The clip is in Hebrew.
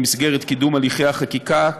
במסגרת קידום הליכי החקיקה,